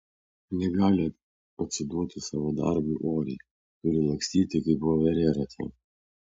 negali atsiduoti savo darbui oriai turi lakstyti kaip voverė rate